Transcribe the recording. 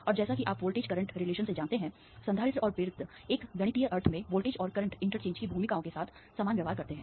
और जैसा कि आप वोल्टेज करंट रिलेशंस से जानते हैं संधारित्र और प्रेरित्र एक गणितीय अर्थ में वोल्टेज और करंट इंटरचेंज की भूमिकाओं के साथ समान व्यवहार करते हैं